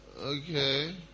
Okay